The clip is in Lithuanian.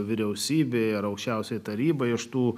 vyriausybė ar aukščiausioji taryba iš tų